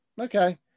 Okay